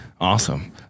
Awesome